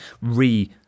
re